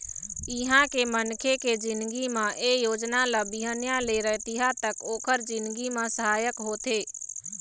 इहाँ के मनखे के जिनगी म ए योजना ल बिहनिया ले रतिहा तक ओखर जिनगी म सहायक होथे